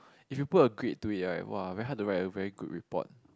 if you put a grade to it right !wah! very hard to write a very good report